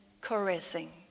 caressing